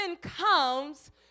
comes